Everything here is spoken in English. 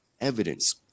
evidence